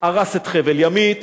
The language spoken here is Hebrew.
הרס את חבל ימית,